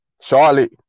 Charlotte